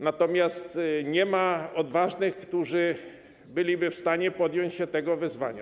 Natomiast nie ma odważnych, którzy byliby w stanie podjąć się tego wyzwania.